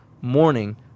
MORNING